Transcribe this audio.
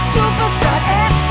Superstar